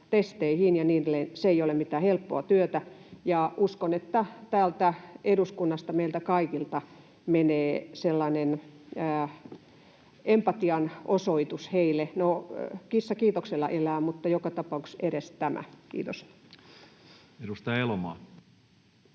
testeihin ja niin edelleen — se ei ole mitään helppoa työtä. Ja uskon, että täältä eduskunnasta, meiltä kaikilta, menee sellainen empatian osoitus heille. No, kissa kiitoksella elää, mutta joka tapauksessa edes tämä. — Kiitos. [Speech 42]